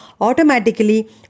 automatically